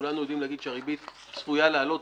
כולנו יודעים להגיד שהריבית צפויה לעלות.